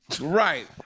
Right